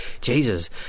Jesus